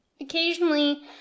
occasionally